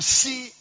see